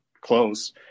close